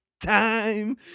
time